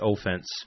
offense